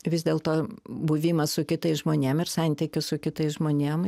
vis dėlto buvimas su kitais žmonėm ir santykis su kitais žmonėm